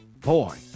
boy